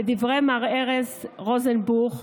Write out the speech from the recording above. לדברי מר ארז רוזנבוך,